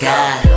God